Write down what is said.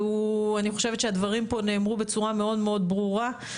אני חושבת שהדברים פה נאמרו בצורה מאוד ברורה.